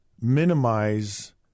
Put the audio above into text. minimize